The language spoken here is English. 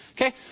Okay